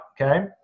okay